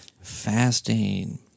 Fasting